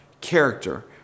character